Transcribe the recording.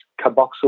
carboxyl